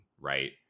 right